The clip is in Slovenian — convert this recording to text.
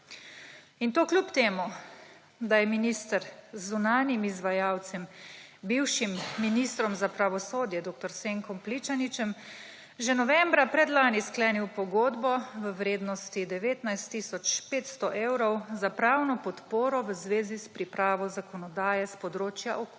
In to kljub temu da je minister z zunanjim izvajalcem, bivšim ministrom za pravosodje dr. Senkom Pličaničem, že novembra predlani sklenil pogodbo v vrednosti 19 tisoč 500 evrov za pravno podporo v zvezi s pripravo zakonodaje s področja okolja.